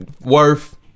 worth